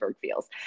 feels